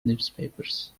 newspapers